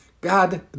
God